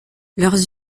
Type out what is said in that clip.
leurs